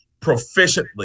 proficiently